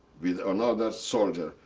with another soldier,